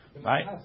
right